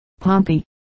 Pompey